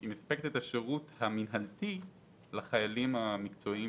המש"קית מספקת את השיעור המינהלתי לחיילים המקצועיים.